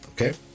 Okay